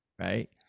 right